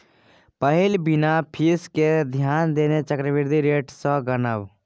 पहिल बिना फीस केँ ध्यान देने चक्रबृद्धि रेट सँ गनब